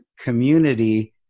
community